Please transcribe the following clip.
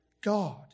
God